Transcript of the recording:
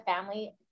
family